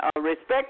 respect